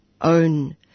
own